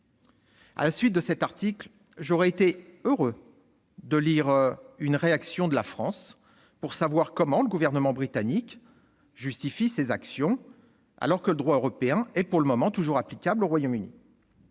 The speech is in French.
À la suite de cet article, j'aurais été heureux de lire une réaction de la France pour savoir comment le Gouvernement britannique justifie ses actions, alors que le droit européen est toujours applicable au Royaume-Uni.